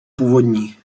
původní